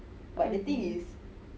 mmhmm